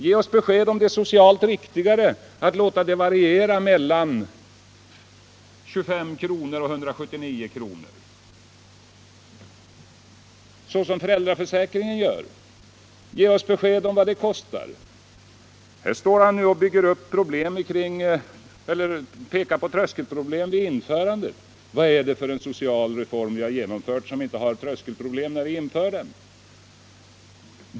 Ge oss besked om det är socialt riktigare att låta det variera mellan 25 kr. och 179 kr. på samma sätt som föräldraförsäkringen! Ge oss besked om vad det kostar! Herr Palme pekar på tröskelproblem vid införandet av denna reform. Men vilken social reform har inte tröskelproblem vid sitt införande?